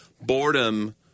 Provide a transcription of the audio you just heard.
boredom –